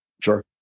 sure